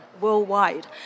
worldwide